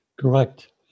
Correct